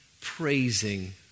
Praising